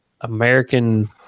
American